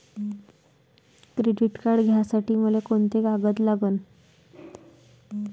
Credit card घ्यासाठी मले कोंते कागद लागन?